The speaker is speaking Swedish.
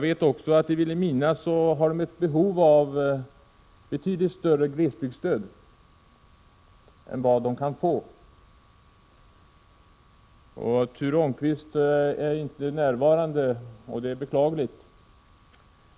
I Vilhelmina har man behov av betydligt större glesbygdsstöd än man kan få. Ture Ångqvist är inte närvarande i kammaren nu, och det är beklagligt.